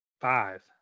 five